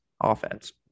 offense